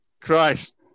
Christ